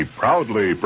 proudly